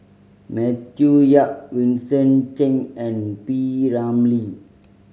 Matthew Yap Vincent Cheng and P Ramlee